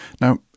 Now